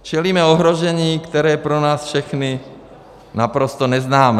Čelíme ohrožení, které je pro nás všechny naprosto neznámé.